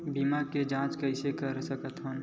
बीमा के जांच कइसे कर सकत हन?